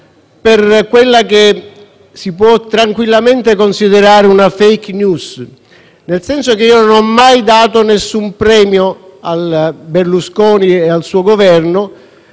per quella che si può tranquillamente considerare una *fake news*, nel senso che io non ho mai dato alcun premio a Berlusconi e al suo Governo.